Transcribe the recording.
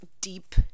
deep